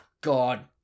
god